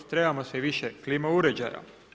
Trebamo sve više klima uređaja.